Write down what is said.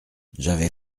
j’avais